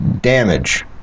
damage